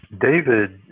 David